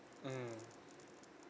mmhmm